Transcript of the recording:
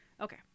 Okay